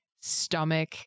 stomach